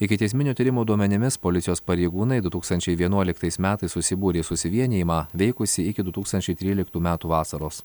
ikiteisminio tyrimo duomenimis policijos pareigūnai du tūkstančiai vienuoliktais metais susibūrė į susivienijimą veikusį iki du tūkstančiai tryliktų metų vasaros